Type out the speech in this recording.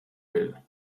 will